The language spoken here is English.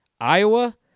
Iowa